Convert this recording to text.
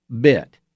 bit